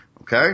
Okay